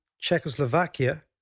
Czechoslovakia